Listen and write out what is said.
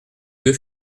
deux